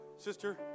Sister